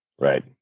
Right